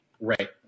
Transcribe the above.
Right